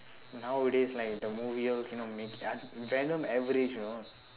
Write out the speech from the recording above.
nowadays like the movie all cannot make it ah venom average you know